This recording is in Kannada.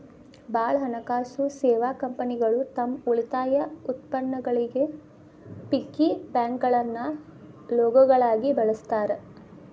ಭಾಳ್ ಹಣಕಾಸು ಸೇವಾ ಕಂಪನಿಗಳು ತಮ್ ಉಳಿತಾಯ ಉತ್ಪನ್ನಗಳಿಗಿ ಪಿಗ್ಗಿ ಬ್ಯಾಂಕ್ಗಳನ್ನ ಲೋಗೋಗಳಾಗಿ ಬಳಸ್ತಾರ